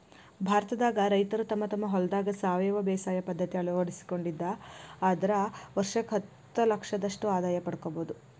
ಭಾರತದಾಗ ರೈತರು ತಮ್ಮ ತಮ್ಮ ಹೊಲದಾಗ ಸಾವಯವ ಬೇಸಾಯ ಪದ್ಧತಿ ಅಳವಡಿಸಿಕೊಂಡಿದ್ದ ಆದ್ರ ವರ್ಷಕ್ಕ ಹತ್ತಲಕ್ಷದಷ್ಟ ಆದಾಯ ಪಡ್ಕೋಬೋದು